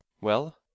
Well